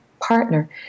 partner